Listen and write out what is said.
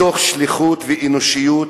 מתוך שליחות ואנושיות,